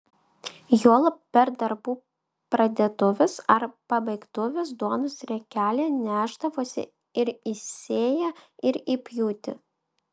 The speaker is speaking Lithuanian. juolab per darbų pradėtuves ar pabaigtuves duonos riekelę nešdavosi ir į sėją ir į pjūtį